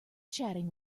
chatting